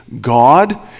God